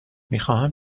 میخواهم